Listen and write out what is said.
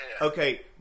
Okay